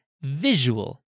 Visual